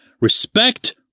Respect